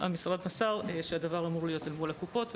המשרד מסר שהדבר אמור להיות אל מול הקופות,